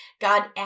God